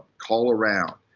call around.